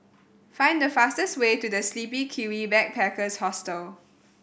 find the fastest way to The Sleepy Kiwi Backpackers Hostel